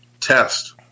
test